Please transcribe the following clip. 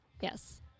yes